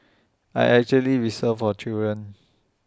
I actually whistle for children